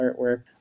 artwork